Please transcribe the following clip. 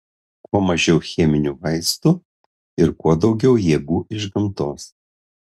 kuo mažiau cheminių vaistų ir kuo daugiau jėgų iš gamtos